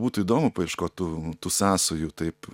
būtų įdomu paieškot tų tų sąsajų taip